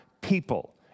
people